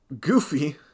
Goofy